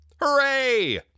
Hooray